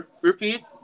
Repeat